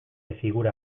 figura